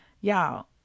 Y'all